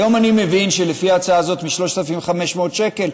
היום אני מבין שלפי ההצעה הזאת, מ-3,500 שקל,